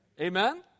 Amen